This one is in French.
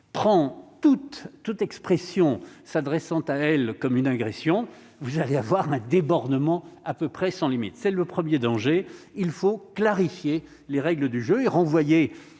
toute toute expression s'adressant à elle comme une agression, vous allez avoir un débordement à peu près sans limite, c'est le 1er danger il faut clarifier les règles du jeu est renvoyé